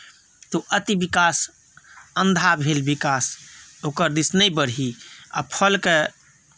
तऽ अति विकास अन्धा भेल विकास ओकर दिश नहि बढ़ी आ फलकेँ